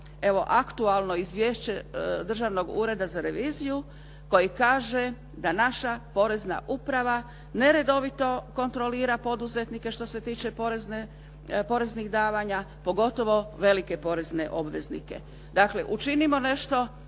evo aktualno izvješće Državnog ureda za reviziju koji kaže da naša Porezna uprava neredovito kontrolira poduzetnike što se tiče poreznih davanja pogotovo velike porezne obveznike. Dakle, učinimo nešto